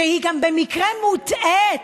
שבמקרה היא גם מוטעית,